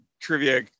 trivia